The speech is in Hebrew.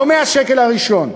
לא מהשקל הראשון,